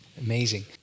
Amazing